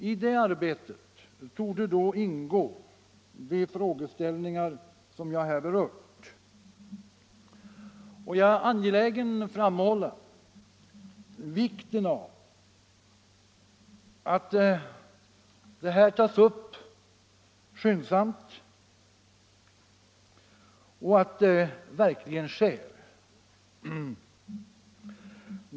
I det arbetet torde ingå de frågeställningar som jag här berört. Jag är angelägen om att framhålla vikten av att de verkligen tas upp skyndsamt.